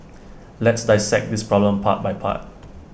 let's dissect this problem part by part